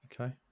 Okay